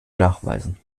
nachweisen